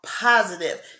Positive